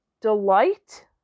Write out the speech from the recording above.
delight